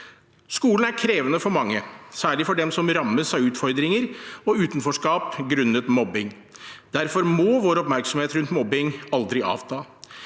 Skolen er krevende for mange, særlig for dem som rammes av utfordringer og utenforskap grunnet mobbing. Derfor må vår oppmerksomhet rundt mobbing aldri avta.